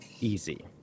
Easy